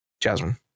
Jasmine